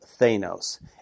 Thanos